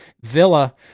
Villa